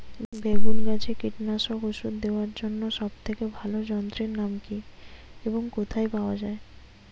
বেগুন গাছে কীটনাশক ওষুধ দেওয়ার সব থেকে ভালো যন্ত্রের নাম কি এবং কোথায় পাওয়া যায়?